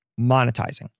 monetizing